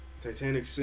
Titanic